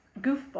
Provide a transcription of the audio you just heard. goofball